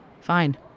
Fine